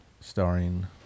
starring